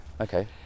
Okay